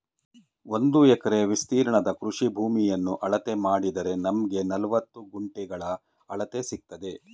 ಒಂದು ಎಕರೆ ವಿಸ್ತೀರ್ಣದ ಕೃಷಿ ಭೂಮಿಯನ್ನ ಅಳತೆ ಮಾಡಿದರೆ ನಮ್ಗೆ ನಲವತ್ತು ಗುಂಟೆಗಳ ಅಳತೆ ಸಿಕ್ತದೆ